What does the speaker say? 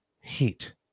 heat